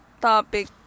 topic